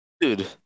Dude